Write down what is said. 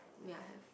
ya have